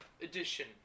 edition